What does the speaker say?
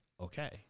okay